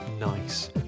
Nice